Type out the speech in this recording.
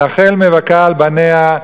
רחל מבכה על בניה,